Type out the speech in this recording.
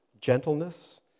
gentleness